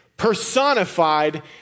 personified